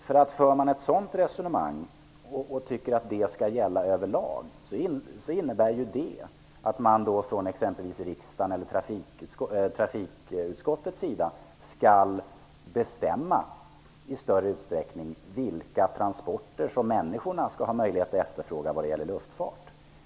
För man ett sådant resonemang överlag innebär det att exempelvis riksdagen eller trafikutskottet skall i större utsträckning bestämma vilka transporter som människorna skall ha möjlighet att efterfråga vad gäller luftfart.